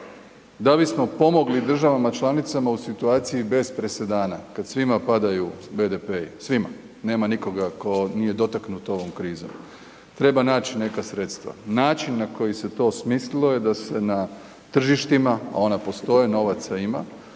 Da bismo pomogli državama članicama u situaciji bez presedana, kad svima padaju BDP-i, svima, nema nikoga ko nije dotaknut ovom krizom, treba naći neka sredstva. Način na koji se to smislilo je da se na tržištima, ona postoje, novaca ima,